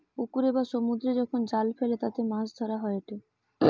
পুকুরে বা সমুদ্রে যখন জাল ফেলে তাতে মাছ ধরা হয়েটে